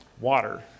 water